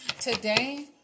today